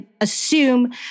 assume